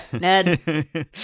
Ned